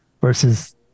Versus